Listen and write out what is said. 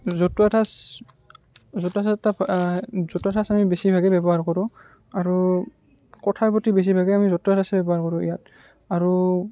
জতুৱা ঠাচ জতুৱা ঠাঁচ এটা জতুৱা ঠাচ আমি বেছিভাগেই ব্য়ৱহাৰ কৰোঁ আৰু কথাই প্ৰতি বেছিভাগে আমি জতুৱা ঠাচেই ব্য়ৱহাৰ কৰোঁ ইয়াত আৰু